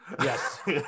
Yes